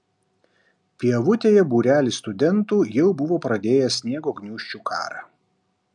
pievutėje būrelis studentų jau buvo pradėjęs sniego gniūžčių karą